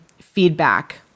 feedback